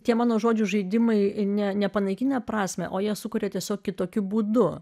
tie mano žodžių žaidimai į ne nepanaikinę prasmę o jie sukuria tiesiog kitokiu būdu